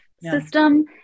system